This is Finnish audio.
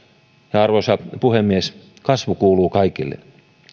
arvoisa puhemies kasvu kuuluu kaikille